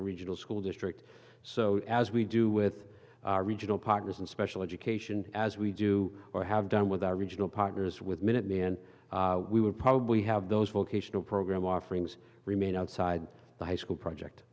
a regional school district so as we do with our regional partners and special education as we do or have done with our regional partners with minuteman we would probably have those vocational program offerings remain outside the high school project